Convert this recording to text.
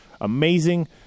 amazing